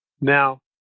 Now